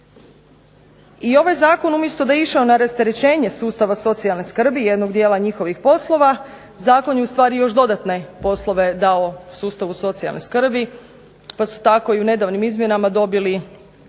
I ovaj zakon umjesto da je išao na rasterećenje sustava socijalne skrbi, jednog dijela njihovih poslova, zakon je ustvari još dodatne poslove dao sustavu socijalne skrbi, pa su tako i u nedavnim izmjenama dobili